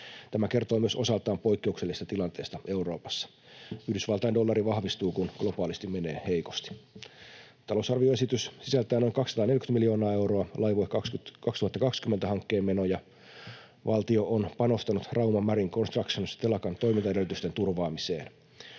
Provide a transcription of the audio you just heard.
Tämä kertoo myös osaltaan poikkeuksellisesta tilanteesta Euroopassa. Yhdysvaltain dollari vahvistuu, kun globaalisti menee heikosti. Talousarvioesitys sisältää noin 240 miljoonaa euroa Laivue 2020 ‑hankkeen menoja. Valtio on panostanut Rauma Marine Constructions ‑telakan toimintaedellytysten turvaamiseen.